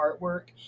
artwork